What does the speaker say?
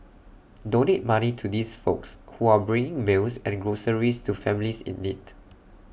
donate money to these folks who are bringing meals and groceries to families in need